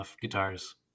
guitars